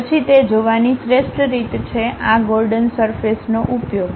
પછી તે જોવાની શ્રેષ્ઠ રીત છે આ ગોર્ડન સરફેસનો ઉપયોગ